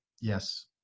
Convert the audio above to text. Yes